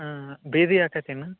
ಹಾಂ ಭೇದಿ ಆಗತ್ತೇನು